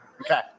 Okay